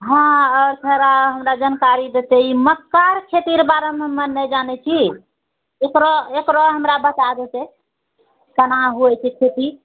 हँ आओर थोड़ा हमरा जानकारी देतै ई मक्काके खेतीके बारेमे हम नहि जानए छी ओकरो ओकरो हमरा बताए दैतै केना होइ छै खेती